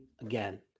again